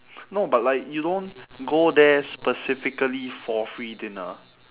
no but like you don't go there specifically for free dinner